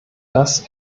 das